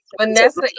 Vanessa